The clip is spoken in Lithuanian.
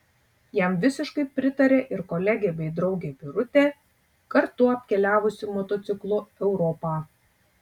jam visiškai pritarė ir kolegė bei draugė birutė kartu apkeliavusi motociklu europą